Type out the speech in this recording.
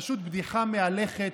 פשוט בדיחה מהלכת.